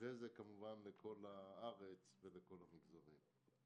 ואחרי זה כמובן לכל הארץ ובכל המגזרים.